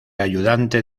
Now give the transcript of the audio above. ayudante